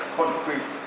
concrete